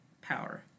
power